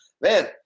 Man